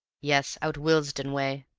yes, out willesden way,